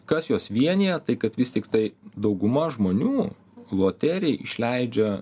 kas juos vienija tai kad vis tiktai dauguma žmonių loterijai išleidžia